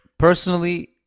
Personally